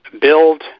build